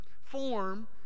form